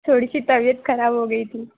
थोड़ी सी तबियत खराब हो गई थी